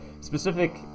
specific